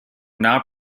now